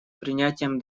принятием